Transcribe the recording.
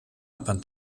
upon